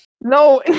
No